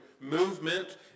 movement